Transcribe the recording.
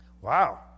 Wow